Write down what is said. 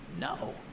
No